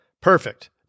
Perfect